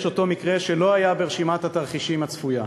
אותו מקרה שלא היה ברשימת התרחישים הצפויה.